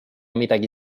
midagi